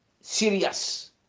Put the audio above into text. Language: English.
serious